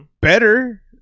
better